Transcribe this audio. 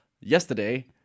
yesterday